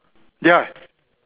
ya